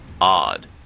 odd